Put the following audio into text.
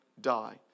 die